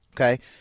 Okay